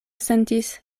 sentis